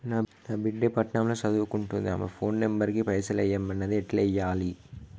నా బిడ్డే పట్నం ల సదువుకుంటుంది ఆమె ఫోన్ నంబర్ కి పైసల్ ఎయ్యమన్నది ఎట్ల ఎయ్యాలి?